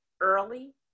early